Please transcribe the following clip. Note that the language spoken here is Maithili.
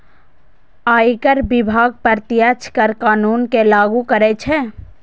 आयकर विभाग प्रत्यक्ष कर कानून कें लागू करै छै